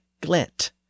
glint